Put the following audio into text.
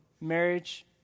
marriage